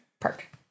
Park